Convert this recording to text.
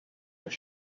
was